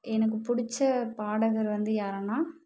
எனக்கு பிடிச்ச பாடகர் வந்து யாருன்னால்